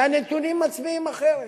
שהנתונים מצביעים אחרת.